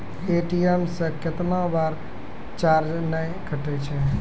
ATM से कैतना बार चार्ज नैय कटै छै?